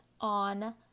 on